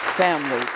family